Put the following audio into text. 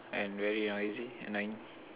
are very noisy annoying